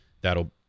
that'll